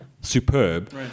superb